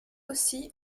aussi